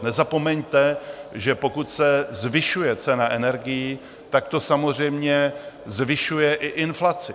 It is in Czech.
Nezapomeňte, že pokud se zvyšuje cena energií, tak to samozřejmě zvyšuje i inflaci.